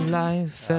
life